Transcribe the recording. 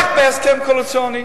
רק בהסכם קואליציוני.